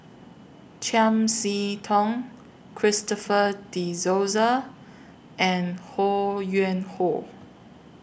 Chiam See Tong Christopher De Souza and Ho Yuen Hoe